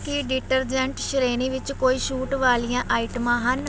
ਕੀ detergent ਸ਼੍ਰੇਣੀ ਵਿੱਚ ਕੋਈ ਛੂਟ ਵਾਲੀਆਂ ਆਈਟਮਾਂ ਹਨ